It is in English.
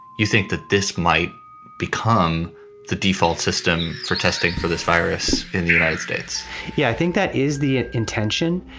you think that this might become the default system for testing for this virus in the united states yeah, i think that is the intention.